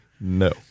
No